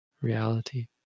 reality